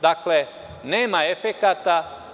Dakle, nema efekata.